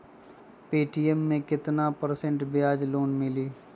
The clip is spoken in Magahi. पे.टी.एम मे केतना परसेंट ब्याज पर लोन मिली?